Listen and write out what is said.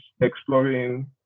exploring